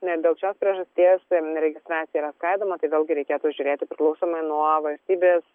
ne dėl šios priežasties registracija yra skaidoma tai vėlgi reikėtų žiūrėti priklausomai nuo valstybės